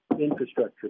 infrastructure